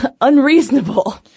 unreasonable